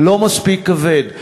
לא מספיק כבד.